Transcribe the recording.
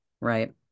Right